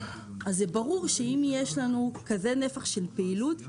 ברור שאם יש לנו נפח כזה של פעילות,